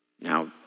Now